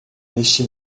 neste